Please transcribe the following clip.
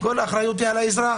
שכל האחריות היא על האזרח.